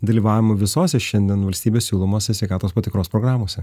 dalyvavimu visose šiandien valstybės siūlomose sveikatos patikros programose